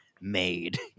made